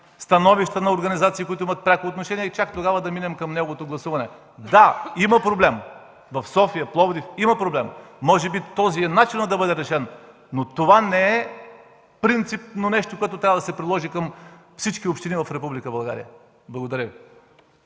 становища на организациите, които имат пряко отношение, и чак тогава да минем към неговото гласуване. Да, има проблем в София, в Пловдив. Може би този е начинът да бъде решен, но това не е принципно нещо, което да се приложи към всички общини в България. Благодаря Ви.